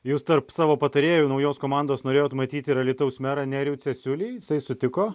jūs tarp savo patarėjų naujos komandos norėjot matyti ir alytaus merą nerijų cesiulį jisai sutiko